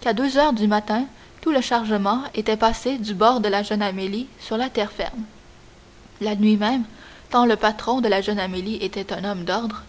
qu'à deux heures du matin tout le chargement était passé du bord de la jeune amélie sur la terre ferme la nuit même tant le patron de la jeune amélie était un homme d'ordre